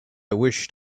wished